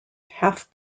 half